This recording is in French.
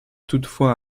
toutefois